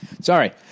Sorry